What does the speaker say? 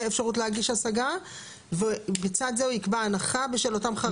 אפשרות להגיש השגה ובצד זה הוא יקבע הנחה בשל אותם חריגים?